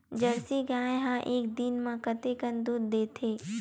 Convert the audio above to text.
Jersey गाय ह एक दिन म कतेकन दूध देथे?